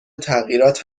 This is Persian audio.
تغییرات